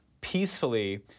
peacefully